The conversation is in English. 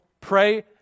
pray